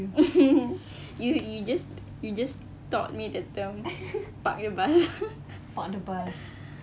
you you just you just taught me the term park the bus